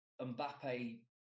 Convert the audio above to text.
Mbappe